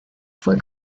fue